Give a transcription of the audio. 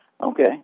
Okay